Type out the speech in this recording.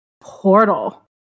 Portal